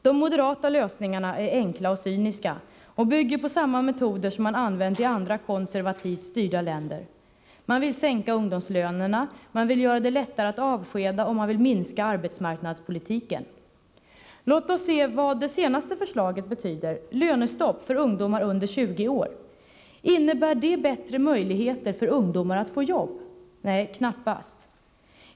De moderata lösningarna är enkla och cyniska samt bygger på samma metoder som man använt i andra konservativt styrda länder. Man vill sänka ungdomslönerna, göra det lättare att avskeda och minska arbetsmarknadspolitiken. Låt oss se vad det senaste förslaget, lönestopp för ungdomar under 20 år, betyder. Innebär det bättre möjligheter för ungdomar att få jobb? Knappast!